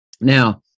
Now